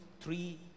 three